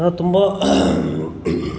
ನಾವು ತುಂಬ